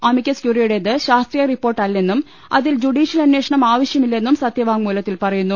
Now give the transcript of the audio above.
amicus ക്യൂറിയുടേത് ശാസ്ത്രീയ റിപ്പോർട്ടല്ലെന്നും അതിൽ ജുഡീഷ്യൽ അന്വേഷണം ആവശ്യമില്ലെന്നും സത്യ വാങ്മൂലത്തിൽ പറയുന്നു